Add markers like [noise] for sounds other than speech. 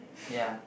[breath]